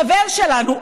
חבר שלנו,